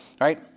Right